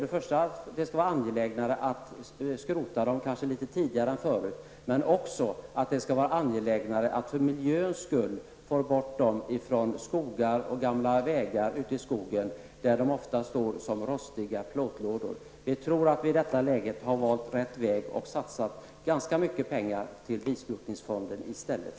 Det skall vara angelägnare att skrota dem kanske litet tidigare än förrut. Det skall också vara angelägnare att för miljöns skull få bort dem ifrån skogar och gamla vägar ute i skogen där bilarna ofta står som rostiga plåtlådor. Vi tror att vi i detta läge har valt rätt väg, och vi har satsat ganska mycket pengar i bilskrotningsfonden i stället.